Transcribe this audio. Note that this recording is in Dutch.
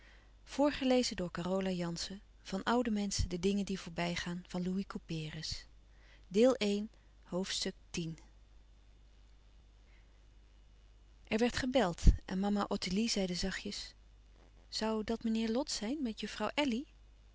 van oude menschen de dingen die voorbij gaan er werd gebeld en mama ottilie zeide zachtjes zoû dat meneer lot zijn met